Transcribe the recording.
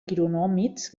quironòmids